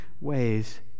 ways